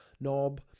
knob